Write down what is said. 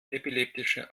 epileptische